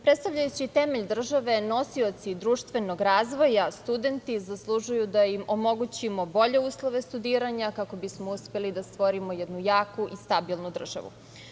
Predstavljajući temelj države, nosioci društvenog razvoja, studenti, zaslužuju da im omogućimo bolje uslove studiranja kako bismo uspeli da stvorimo jednu jaku i stabilnu državu.